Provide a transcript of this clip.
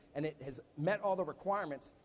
and it has met all the requirements,